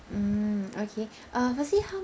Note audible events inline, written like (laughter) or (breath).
mm okay (breath) uh firstly how